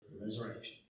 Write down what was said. Resurrection